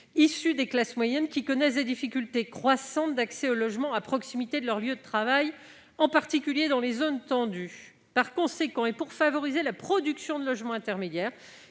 issues des classes moyennes, qui connaissent des difficultés croissantes d'accès au logement à proximité de leur lieu de travail, en particulier dans les zones tendues. Par conséquent, et pour favoriser la production de logements intermédiaires,